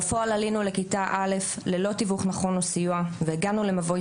זה באמת מתוך מהלכים שאנחנו נקטנו בהם כדי שאחר כך